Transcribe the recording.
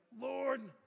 Lord